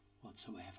whatsoever